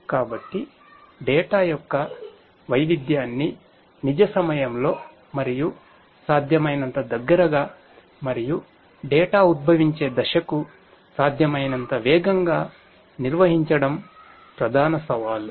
కాబట్టి డేటా ఉద్భవించే దశకు సాధ్యమైనంత వేగంగా నిర్వహించడం ప్రధాన సవాలు